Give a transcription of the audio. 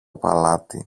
παλάτι